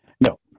No